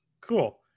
Cool